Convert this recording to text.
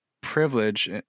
privilege